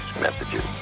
messages